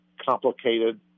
complicated